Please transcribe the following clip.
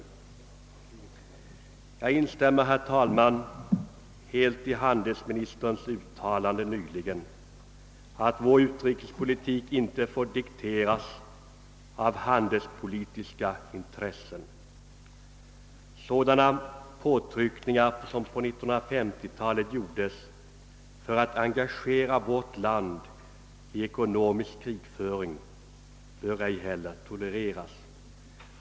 Jag instämmer, herr talman, helt i handelsministerns uttalande nyligen, att vår utrikespolitik inte får dikteras av handelspolitiska intressen. Sådana påtryckningar som på 1950-talet gjordes för att engagera vårt land i ekonomisk krigföring, bör ej heller tolereras.